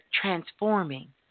transforming